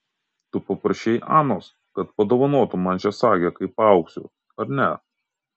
tu paprašei anos kad padovanotų man šią sagę kai paaugsiu ar ne